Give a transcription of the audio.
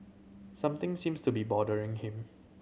something seems to be bothering him